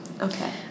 Okay